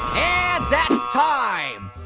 and that's time.